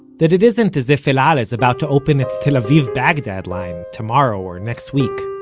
that it isn't as if el-al is about to open its tel aviv-baghdad line tomorrow or next week.